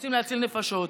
רוצים להציל נפשות.